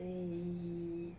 eh